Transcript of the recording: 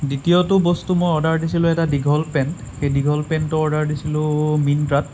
দ্বিতীয়টো বস্তু মই অৰ্ডাৰ দিছিলোঁ এটা দীঘল পেণ্ট সেই দীঘল পেণ্টৰ অৰ্ডাৰ দিছিলোঁ মিণ্ট্ৰাত